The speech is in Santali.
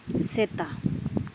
ᱥᱮᱛᱟ